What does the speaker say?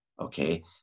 Okay